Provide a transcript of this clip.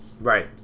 Right